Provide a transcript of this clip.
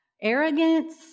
arrogance